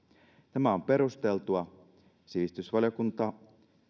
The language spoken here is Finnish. tämä on perusteltua sivistysvaliokunta